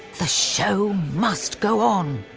the show must go um